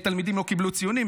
תלמידים לא קיבלו ציונים.